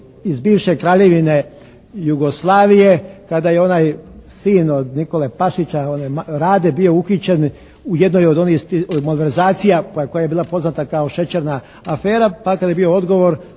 iz bivše Kraljevine Jugoslavije kada je onaj sin od Nikole Pašića, onaj Rade bio uhićen u jednoj od onih, od malverzacija pa koja je bila poznata kao šećerna afera, pa kada je bio odgovor